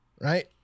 right